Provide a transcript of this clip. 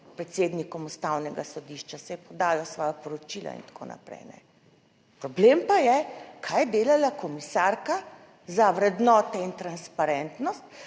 predsednikom Ustavnega sodišča, saj podajo svoja poročila in tako naprej. Problem pa je kaj je delala komisarka za vrednote in transparentnost